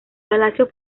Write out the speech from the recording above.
palacio